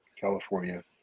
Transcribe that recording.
California